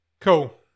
cool